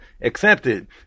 accepted